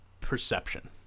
perception